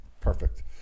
perfect